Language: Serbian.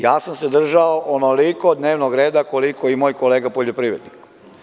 Ja sam se držao onoliko dnevnog reda koliko i moj kolega poljoprivrednik.